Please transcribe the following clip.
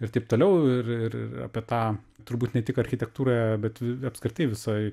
ir taip toliau ir ir ir apie tą turbūt ne tik architektūroje bet apskritai visoj